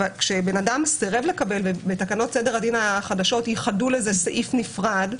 כאשר בן אדם סירב לקבל ובתקנות סדר הדין החדשות ייחדו לזה סעיף נפרד,